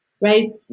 right